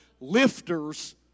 Lifters